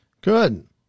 Good